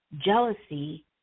jealousy